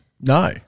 no